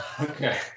Okay